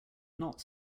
not